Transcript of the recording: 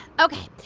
ok.